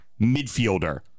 midfielder